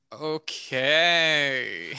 Okay